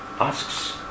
asks